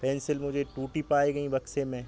pencil मुझे टूटी पाई गईं बक्से में